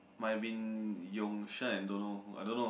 might have been Yong-Sheng and don't know I don't know